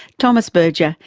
thomas berger,